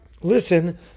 listen